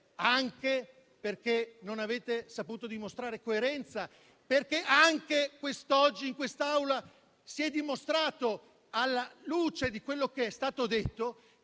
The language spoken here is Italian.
anche perché non avete saputo dimostrare coerenza. Anche quest'oggi, in quest'Aula si è dimostrato, alla luce di quello che è stato detto,